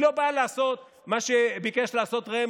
היא לא באה לעשות מה שביקש לעשות ראם